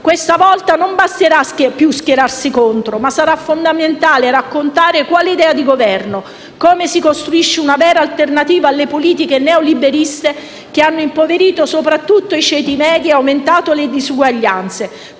Questa volta non basterà più schierarsi contro, ma sarà fondamentale raccontare quale idea di Governo si ha; come si costruisce una vera alternativa alle politiche neoliberiste che hanno impoverito soprattutto i ceti medi e aumentato le disuguaglianze;